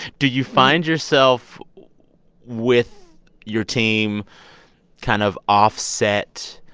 do you find yourself with your team kind of, off set,